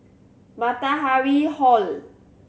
Matahari Hall